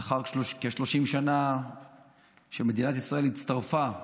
לאחר כ-30 שנים מדינת ישראל הצטרפה לאמנה,